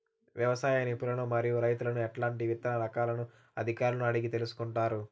వ్యవసాయ నిపుణులను మరియు రైతులను ఎట్లాంటి విత్తన రకాలను అధికారులను అడిగి తెలుసుకొంటారు?